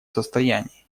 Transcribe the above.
состоянии